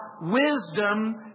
wisdom